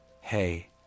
Hey